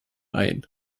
ein